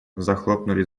захлопнули